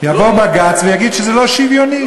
יבוא בג"ץ ויגיד שזה לא שוויוני,